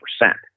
percent